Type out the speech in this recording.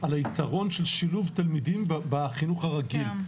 על היתרון של שילוב תלמידים בחינוך הרגיל,